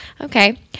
Okay